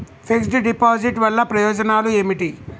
Fix డ్ deposit వల్ల ప్రయోజనాలు ఏమిటి?